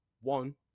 One